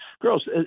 girls